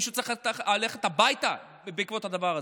מישהו צריך ללכת הביתה בעקבות הדבר הזה.